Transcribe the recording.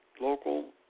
local